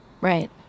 Right